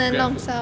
Grab food